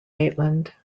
maitland